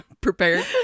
prepared